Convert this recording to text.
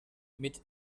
mit